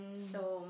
so